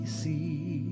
see